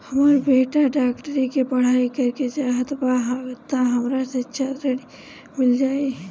हमर बेटा डाक्टरी के पढ़ाई करेके चाहत बा त हमरा शिक्षा ऋण मिल जाई?